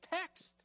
text